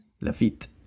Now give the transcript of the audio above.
Lafitte